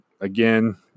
Again